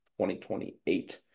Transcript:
2028